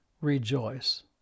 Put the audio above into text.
rejoice